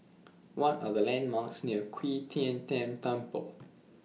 What Are The landmarks near Qi Tian Tan Temple